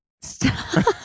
Stop